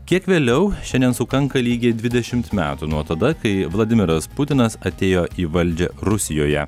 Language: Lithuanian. kiek vėliau šiandien sukanka lygiai dvidešimt metų nuo tada kai vladimiras putinas atėjo į valdžią rusijoje